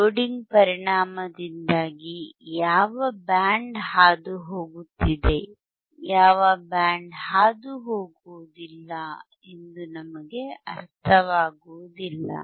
loading ಪರಿಣಾಮದಿಂದಾಗಿ ಯಾವ band ಹಾದುಹೋಗುತ್ತಿದೆ ಯಾವ ಬ್ಯಾಂಡ್ ಹಾದುಹೋಗುವುದಿಲ್ಲ ಎಂದು ನಮಗೆ ಅರ್ಥವಾಗುವುದಿಲ್ಲ